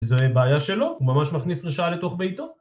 זוהי בעיה שלו, הוא ממש מכניס רשעה לתוך ביתו